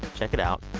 check it out.